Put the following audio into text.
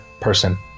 person